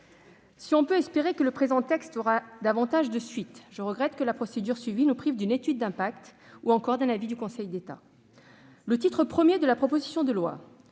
Si l'on peut espérer que le présent texte aura davantage de suites, je regrette tout de même que la procédure suivie nous prive d'une étude d'impact ou encore d'un avis du Conseil d'État. Le titre I de la proposition de loi